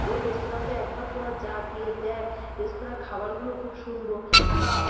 ওই রেস্তোরাঁতে একবার তোরা যা গিয়ে দেখ রেস্তোরাঁর খাবারগুলো খুব সুন্দর খা